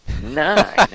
nine